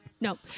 No